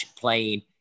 playing